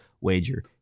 wager